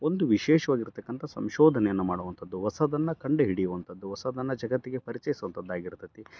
ಒಂದು ವಿಶೇಷವಾಗಿರ್ತಕ್ಕಂಥ ಸಂಶೋಧನೆಯನ್ನ ಮಾಡೋವಂಥದ್ದು ಹೊಸದನ್ನ ಕಂಡುಹಿಡಿಯುವಂಥದ್ದು ಹೊಸದನ್ನ ಜಗತ್ತಿಗೆ ಪರಿಚಯಿಸೋವಂಥದ್ದು ಆಗಿರ್ತೈತಿ